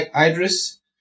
Idris